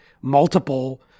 multiple